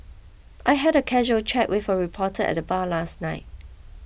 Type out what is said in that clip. I had a casual chat with a reporter at the bar last night